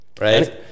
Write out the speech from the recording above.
Right